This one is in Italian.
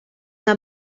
una